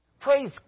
Praise